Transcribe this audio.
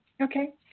Okay